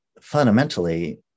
fundamentally